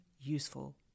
useful